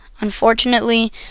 unfortunately